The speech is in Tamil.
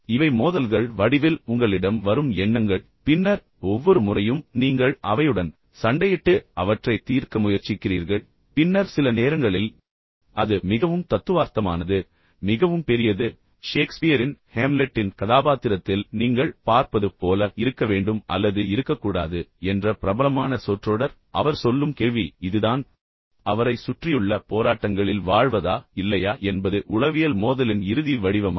இவை மோதல்கள் வடிவில் உங்களிடம் வரும் எண்ணங்கள் பின்னர் ஒவ்வொரு முறையும் நீங்கள் அவையுடன் சண்டையிட்டு அவற்றைத் தீர்க்க முயற்சிக்கிறீர்கள் பின்னர் சில நேரங்களில் அது மிகவும் தத்துவார்த்தமானது மிகவும் பெரியது ஷேக்ஸ்பியரின் ஹேம்லெட்டின் கதாபாத்திரத்தில் நீங்கள் பார்ப்பது போல இருக்க வேண்டும் அல்லது இருக்கக்கூடாது என்ற பிரபலமான சொற்றொடர் அவர் சொல்லும் கேள்வி இதுதான் அவரைச் சுற்றியுள்ள போராட்டங்களில் வாழ்வதா இல்லையா என்பது உளவியல் மோதலின் இறுதி வடிவமாகும்